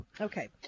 Okay